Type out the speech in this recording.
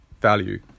value